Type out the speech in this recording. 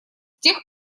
тех